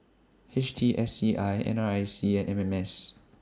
H T S C I N R I C and M M S